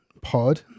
Pod